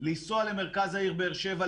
לנסוע למרכז העיר באר שבע,